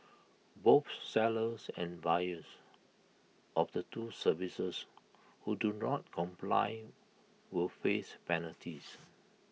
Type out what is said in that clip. both sellers and buyers of the two services who do not comply will face penalties